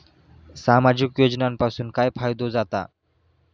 सामाजिक योजनांपासून काय फायदो जाता?